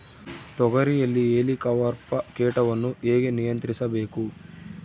ತೋಗರಿಯಲ್ಲಿ ಹೇಲಿಕವರ್ಪ ಕೇಟವನ್ನು ಹೇಗೆ ನಿಯಂತ್ರಿಸಬೇಕು?